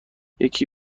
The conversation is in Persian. یکی